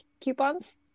coupons